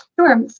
Sure